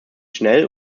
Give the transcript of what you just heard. schnell